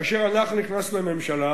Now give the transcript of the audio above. כאשר אנחנו נכנסנו לממשלה,